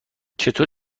چطور